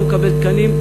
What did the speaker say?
אני לא מקבל תקנים,